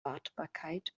wartbarkeit